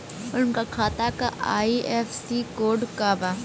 उनका खाता का आई.एफ.एस.सी कोड का बा?